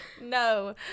No